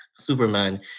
Superman